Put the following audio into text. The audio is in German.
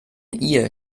ihr